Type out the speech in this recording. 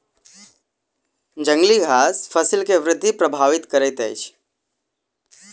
जंगली घास फसिल के वृद्धि प्रभावित करैत अछि